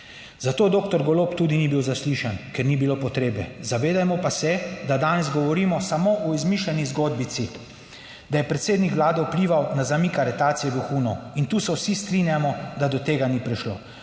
Zato doktor Golob tudi ni bil zaslišan, ker ni bilo potrebe. Zavedajmo pa se, da danes govorimo samo o izmišljeni zgodbici, da je predsednik Vlade vplival na zamik aretacije vohunov, in tu se vsi strinjamo, da do tega ni prišlo,